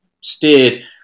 steered